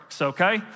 okay